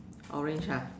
orange !huh!